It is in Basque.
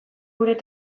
gure